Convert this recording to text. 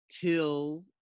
till